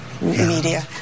media